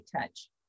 touch